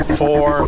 four